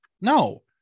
no